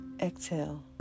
Exhale